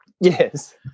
Yes